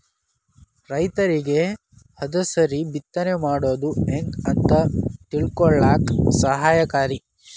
ರೈತರಿಗೆ ಹದಸರಿ ಬಿತ್ತನೆ ಮಾಡುದು ಹೆಂಗ ಅಂತ ತಿಳಕೊಳ್ಳಾಕ ಸಹಾಯಕಾರಿ